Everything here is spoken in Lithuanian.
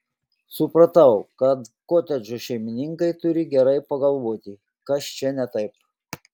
supratau kad kotedžo šeimininkai turi gerai pagalvoti kas čia ne taip